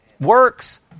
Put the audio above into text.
works